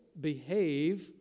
behave